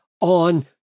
on